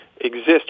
exist